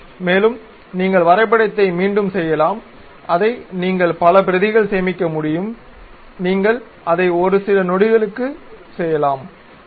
மேலும் நீங்கள் வரைபடத்தை மீண்டும் செய்யலாம் அதை நீங்கள் பல பிரதிகள் சேமிக்க முடியும் நீங்கள் அதை ஒரு சில நொடிகளுக்குள் செய்யலாம் சரி